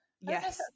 Yes